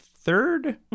third